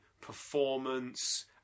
performance